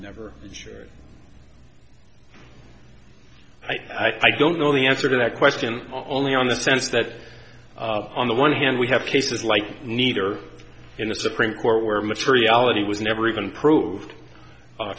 never sure i don't know the answer to that question only on the sense that on the one hand we have cases like neither in the supreme court where materiality was never even proved